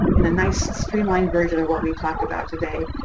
in a nice streamlined version of what we talked about today,